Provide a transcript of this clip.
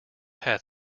had